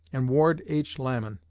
and ward h. lamon.